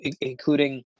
including